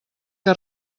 que